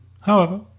however,